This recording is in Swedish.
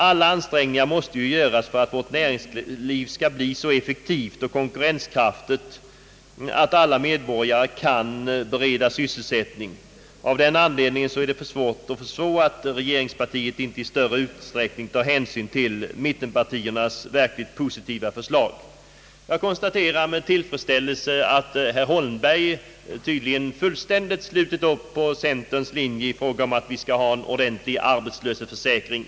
Alla ansträngningar måste göras för att vårt näringsliv skall bli så effektivt och konkurrenskraftigt att alla medborgare kan beredas sysselsättning. Av den anledningen är det svårt att förstå att regeringspartiet inte i större utsträckning tar hänsyn till mittenpartiernas verkligt positiva förslag. Jag konstaterar med tillfredsställelse att herr Holmberg tydligen helt slutit upp på centerns linje i fråga om att vi skall ba en ordentlig arbetslöshetsförsäkring.